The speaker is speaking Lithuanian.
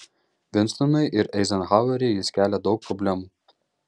vinstonui ir eizenhaueriui jis kelia daug problemų